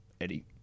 Eddie